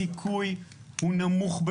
הסיכוי הוא נמוך.